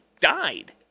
died